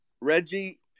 Reggie